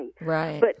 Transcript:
right